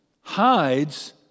hides